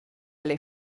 alle